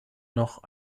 noch